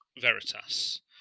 Veritas